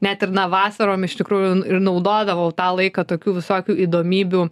net ir na vasarom iš tikrųjų ir naudodavau tą laiką tokių visokių įdomybių